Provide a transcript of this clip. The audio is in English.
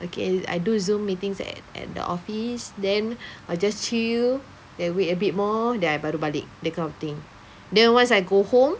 okay I do Zoom meetings at at the office then I just chill then wait a bit more then I baru balik that kind of thing then once I go home